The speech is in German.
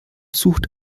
sucht